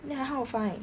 then I how to find